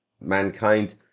mankind